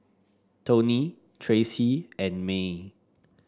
Tony Tracy and Maye